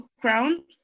crown